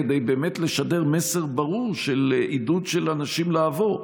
כדי לשדר מסר ברור של עידוד של אנשים לעבור.